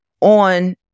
on